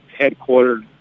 headquartered